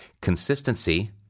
consistency